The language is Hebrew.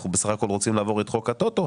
אנחנו בסך הכול רוצים לעבור את חוק ה-טוטו,